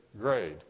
grade